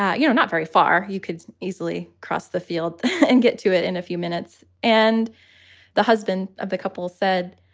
ah you know, not very far. you could easily cross the field and get to it in a few minutes. and the husband of the couple said,